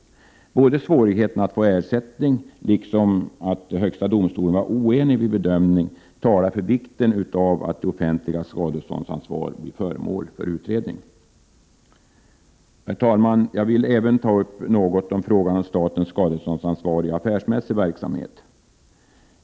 Både svårigheten att få ersättning och det faktum att högsta domstolen var oenig vid bedömningen talar för vikten av att det offentligas skadeståndsansvar blir föremål för utredning. Herr talman! Jag vill även något ta upp frågan om statens skadeståndsansvar i affärsmässig verksamhet.